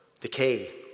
Decay